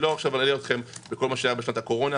לא אלאה אתכם בכל מה שהיה בתקופת הקורונה,